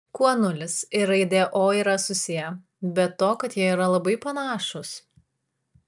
kuo nulis ir raidė o yra susiję be to kad jie yra labai panašūs